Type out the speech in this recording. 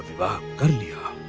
bow. and